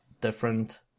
different